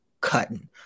cutting